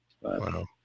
Wow